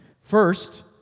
First